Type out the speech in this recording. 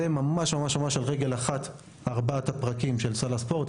זה ממש על רגל אחת ארבעת הפרקים של סל הספורט,